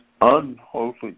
unholy